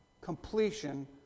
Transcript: completion